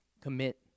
commit